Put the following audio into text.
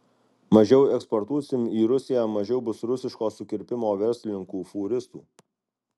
mažiau eksportuosim į rusiją mažiau bus rusiško sukirpimo verslininkų fūristų